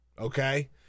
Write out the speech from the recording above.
Okay